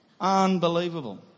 Unbelievable